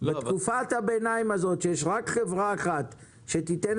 בתקופת הביניים הזאת בה יש רק חברה אחת שתיתן